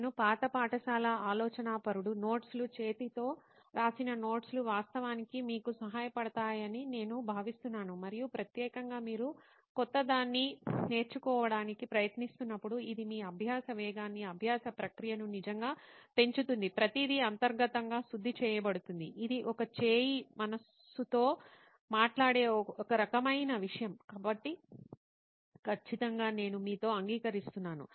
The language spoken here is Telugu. నేను పాత పాఠశాల ఆలోచనాపరుడు నోట్స్ లు చేతితో రాసిన నోట్స్ లు వాస్తవానికి మీకు సహాయపడతాయని నేను భావిస్తున్నాను మరియు ప్రత్యేకంగా మీరు క్రొత్తదాన్ని నేర్చుకోవడానికి ప్రయత్నిస్తున్నప్పుడు ఇది మీ అభ్యాస వేగాన్ని అభ్యాస ప్రక్రియను నిజంగా పెంచుతుంది ప్రతిదీ అంతర్గతంగా శుద్ధి చేయబడుతుంది ఇది ఒక చేయి మనస్సుతో మాట్లాడే ఒక రకమైన విషయం కాబట్టి ఖచ్చితంగా నేను మీతో అంగీకరిస్తున్నాను